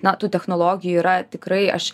na tų technologijų yra tikrai aš